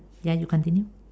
ya you continue